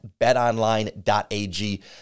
BetOnline.ag